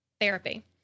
therapy